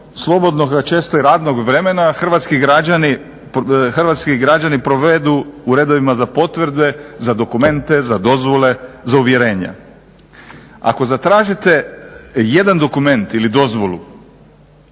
slobodnoga, a često i radnog vremena, hrvatski građani provedu u redovima za potvrde, za dokumente, za dozvole, za uvjerenja. Ako zatražite jedan dokument ili dozvolu